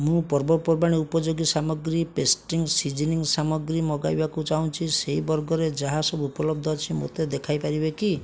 ମୁଁ ପର୍ବପର୍ବାଣି ଉପଯୋଗୀ ସାମଗ୍ରୀ ପେଷ୍ଟ୍ରି ସିଜନିଂ ସାମଗ୍ରୀ ମଗାଇବାକୁ ଚାହୁଁଛି ସେହି ବର୍ଗରେ ଯାହା ସବୁ ଉପଲବ୍ଧ ଅଛି ମୋତେ ଦେଖାଇ ପାରିବେ କି